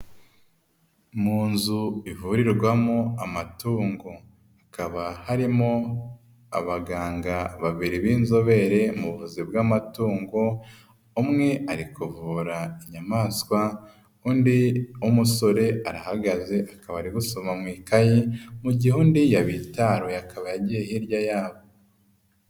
Mu nzu ivurirwamo amatungo hakaba harimo abaganga babiri b'inzobere mu buVUzi bw'amatungo, umwe ari kuvu inyamaswa undi umusore arahagaze akaba ari gusoma mu ikaye, mu gihe undi yabitaruye akaba yagiye hirya yabo.